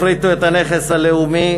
הפריטו את הנכס הלאומי,